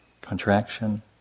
contraction